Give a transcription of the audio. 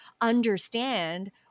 understand